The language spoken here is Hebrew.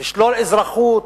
לשלול אזרחות,